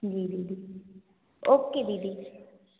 जी दीदी ओके दीदी